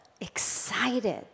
excited